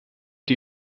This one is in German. die